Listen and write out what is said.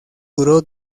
duró